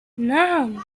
نعم